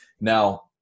Now